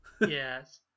Yes